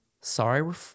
Sorry